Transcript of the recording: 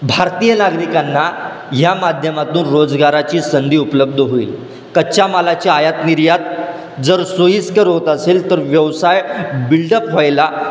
भारतीय नागरिकांना या माध्यमातून रोजगाराची संधी उपलब्ध होईल कच्च्या मालाच्या आयात निर्यात जर सोयीस्कर होत असेल तर व्यवसाय बिल्डप व्हायला